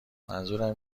منظورم